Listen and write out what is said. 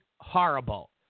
horrible